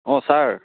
অঁ ছাৰ